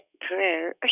prayer